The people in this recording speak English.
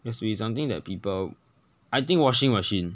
it has to be something that people I think washing machine